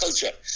culture